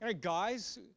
Guys